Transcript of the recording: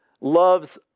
loves